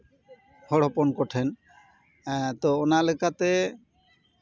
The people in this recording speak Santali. ᱦᱚᱲ ᱦᱚᱯᱚᱱ ᱠᱚᱴᱷᱮᱱ ᱚᱱᱟ ᱞᱮᱠᱟᱛᱮ